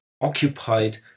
occupied